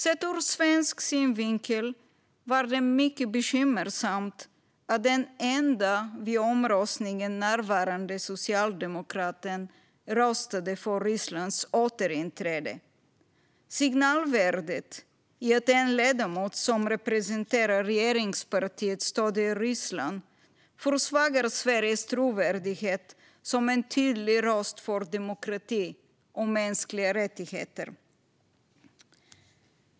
Sett ur svensk synvinkel var det mycket bekymmersamt att den enda vid omröstningen närvarande socialdemokraten röstade för Rysslands återinträde. Signalvärdet i att en ledamot som representerar regeringspartiet stöder Ryssland försvagar Sveriges trovärdighet som en tydlig röst för demokrati och mänskliga rättigheter.